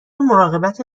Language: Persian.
مراقبت